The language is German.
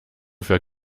für